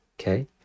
Okay